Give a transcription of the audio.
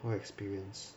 what experience